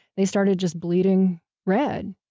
they started just bleeding red,